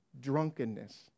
drunkenness